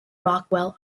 rockwell